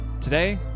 Today